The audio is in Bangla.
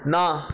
না